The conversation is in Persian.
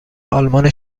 آلمان